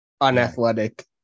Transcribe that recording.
Unathletic